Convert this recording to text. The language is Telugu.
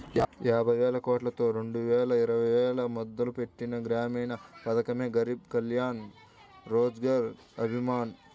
యాబైవేలకోట్లతో రెండువేల ఇరవైలో మొదలుపెట్టిన గ్రామీణ పథకమే గరీబ్ కళ్యాణ్ రోజ్గర్ అభియాన్